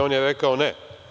On je rekao, ne.